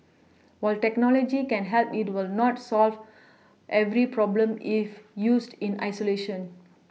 while technology can help it will not solve every problem if used in isolation